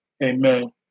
Amen